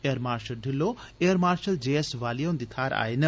air marshal Dhillon air marshal J S Walia हुंदी थाहर आए न